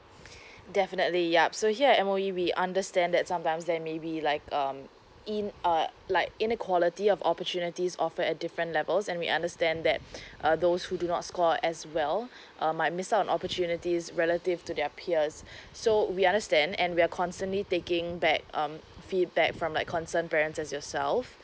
definitely yup so here at M_O_E we understand that sometimes there maybe like um in uh like inequality of opportunities of a different levels and we understand that uh those who do not score as well um might missed out on opportunities relative to their peers so we understand and we're constantly taking back um feedback from like concern parents as yourself